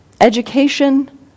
education